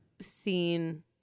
seen